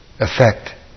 effect